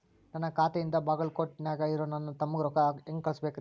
ನನ್ನ ಖಾತೆಯಿಂದ ಬಾಗಲ್ಕೋಟ್ ನ್ಯಾಗ್ ಇರೋ ನನ್ನ ತಮ್ಮಗ ರೊಕ್ಕ ಹೆಂಗ್ ಕಳಸಬೇಕ್ರಿ?